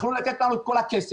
יכלו לתת לנו את כל הכסף,